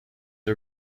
are